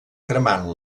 cremant